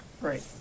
Right